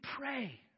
pray